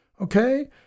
Okay